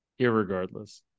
Irregardless